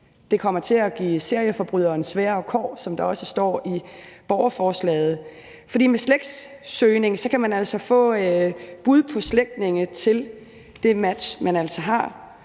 Det kommer til at give serieforbryderen sværere vilkår, som der også står i borgerforslaget, for med slægtssøgning kan man altså få bud på slægtninge til det match, man har.